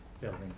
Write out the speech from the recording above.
building